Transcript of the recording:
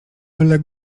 byle